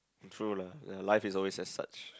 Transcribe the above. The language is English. true lah ya life is always as such